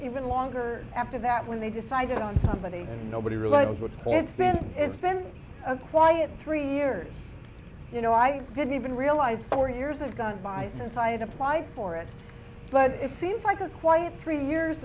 even longer after that when they decided on somebody nobody really knows what it's been it's been a quiet three years you know i didn't even realize four years have gone by since i had applied for it but it seems like a quiet three years